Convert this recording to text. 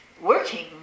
working